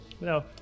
No